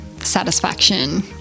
satisfaction